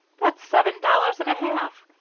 that's seven dollars and a half!